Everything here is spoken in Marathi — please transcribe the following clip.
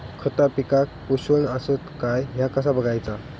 खता पिकाक पोषक आसत काय ह्या कसा बगायचा?